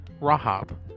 Rahab